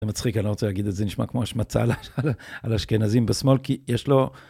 זה מצחיק, אני לא רוצה להגיד את זה, נשמע כמו השמצה על-על אשכנזים בשמאל, כי יש לו...